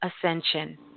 ascension